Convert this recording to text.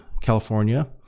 California